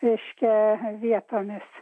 miške vietomis